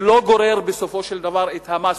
זה לא גורר בסופו של דבר את המאסות,